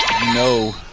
No